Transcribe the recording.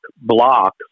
block